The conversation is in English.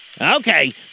Okay